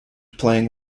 playing